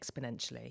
exponentially